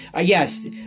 Yes